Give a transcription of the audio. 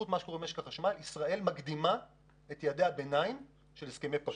ישראל מקדימה את יעדי הביניים של הסכמי פריז.